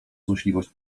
złośliwość